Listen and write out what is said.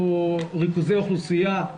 או ריכוזי אוכלוסייה.